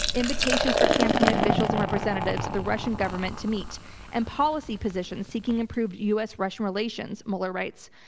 invitations for campaign officials and representatives of the russian government to meet and policy positions seeking improved u. s. russian relations, mueller writes.